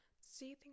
see